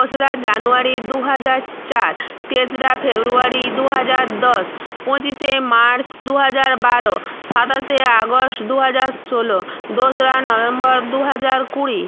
দোসরা জানুয়ারি দু হাজার চার তেসরা ফেব্রুয়ারি দু হাজার দশ পঁচিশে মার্চ দু হাজার বারো সাতাশে আগস্ট দু হাজার ষোলো দোসরা নভেম্বর দু হাজার কুড়ি